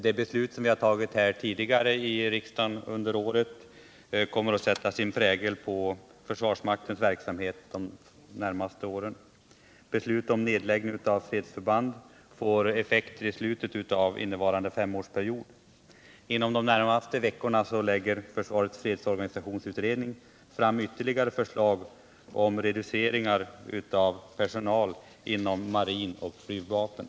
De beslut som vi tagit tidigare i riksdagen under året kommer att sätta sin prägel på försvarsmaktens verksamhet under de närmaste åren. Beslut om nedläggning av fredsförband får effekter i slutet av innevarande femårsperiod. Inom de närmaste veckorna lägger försvarets fredsorganisationsutredning fram ytterligare förslag om reduceringar av personal inom marin och flygvapen.